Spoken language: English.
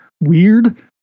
weird